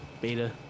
Beta